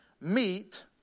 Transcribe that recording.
meet